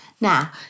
Now